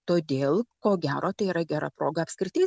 todėl ko gero tai yra gera proga apskritai